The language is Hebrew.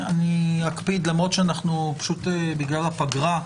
בגלל הפגרה,